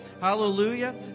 hallelujah